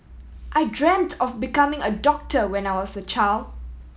I dreamt of becoming a doctor when I was a child